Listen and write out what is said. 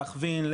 להכווין,